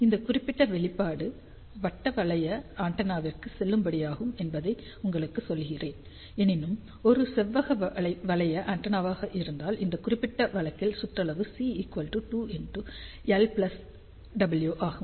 இந்த குறிப்பிட்ட வெளிப்பாடு வட்ட வளைய ஆண்டெனாவிற்கு செல்லுபடியாகும் என்பதை உங்களுக்கு சொல்கிறேன் எனினும் ஒரு செவ்வக வளைய ஆண்டெனாவாக இருந்தால் அந்த குறிப்பிட்ட வழக்கில் சுற்றளவு C 2 l w ஆகும்